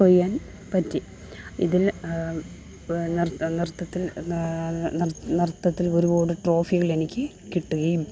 കൊയ്യാൻ പറ്റി ഇതിൽ നൃത്തത്തിൽ നൃത്തത്തിൽ ഒരുപാട് ട്രോഫികളെനിക്ക് കിട്ടുകയും